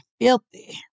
filthy